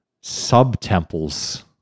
sub-temples